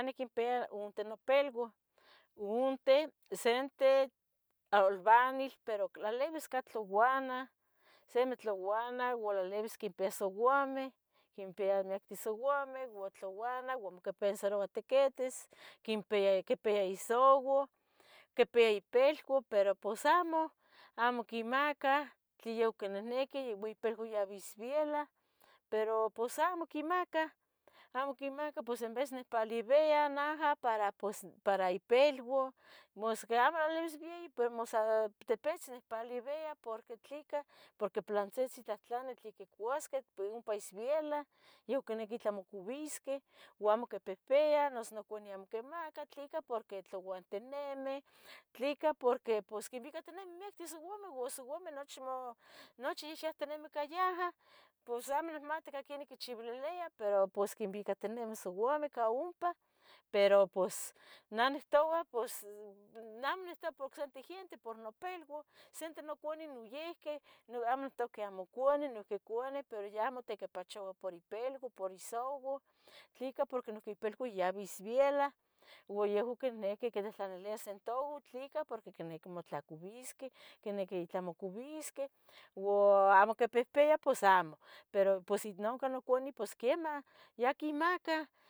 Neh niquimpia unte nopilua unte, sente, aulbanic tlalibis cah tlauana, simi tlauana ua tlailibis quimpia souameh, quimpia miqueh souameh ua tlauana, amo quipensaroua tiquitis, quimpia, quipia isouau, quimpia ipilua pero pos amo, amo quimacah, quiyaui quinihniqui ipilua yaui bisbiela, pero pos amo quimacah, amo quimaca pos enves neh nicpalebia naha para pues para ipilua, masqui amo tlalibis beyi pero mossatipitzi nihpalebia, porque tleca porque pilantzitzin quitlahtlani tleno iccuasqueh ompa isbiela yuhua quiniqui itlah quimocuisqueh, u amo quipihpiah noso noconieu amo quimaca, tleca porque tlauantinimi, tleca porque pues quinbicatinimi miacten souameh ua souameh nochi mo nochi yahyahtinimih ca yaha, pos amo nimati quenih quichibililia pero pos quinbicatinimi souameh ca ompa pero pos neh nictou pos ddd nah amo nictoua por nocsente giente por nopilua, sente noconeu noyihqui, no amo nictoua que amo cuali, noihqui cuali pero yaha motiquipachoua por ipilua por isouau, tleca porque noihqui ipilua yaui isbiela, ua yehua quiniquih quitlatlanilia centauvo tleca porque quiniqui motlacubisqueh, quiniqui itlah mocubisqueh uua amo quipihpiah pos amo, pero pos ino oncah noconeu pos quemah ya quimaca